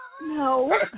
No